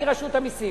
אני רשות המסים.